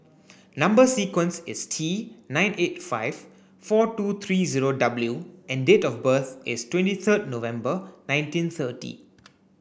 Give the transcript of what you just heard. number sequence is T nine eight five four two three zero W and date of birth is twenty third November nineteen thirty